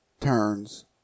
turns